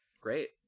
great